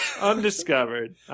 Undiscovered